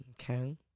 Okay